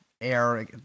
air